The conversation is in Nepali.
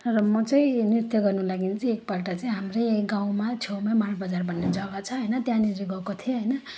र म चाहिँ नृत्य गर्नु लागि चाहिँ एक पल्ट चाहिँ हाम्रै यहाँ गाउँमा छेउमा माल बजार भन्ने जगा छ होइन त्यहाँनेर गएको थिएँ होइन